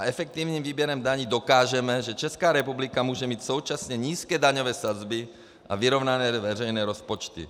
Efektivním výběrem daní dokážeme, že Česká republika může mít současně nízké daňové sazby a vyrovnané veřejné rozpočty.